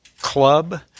club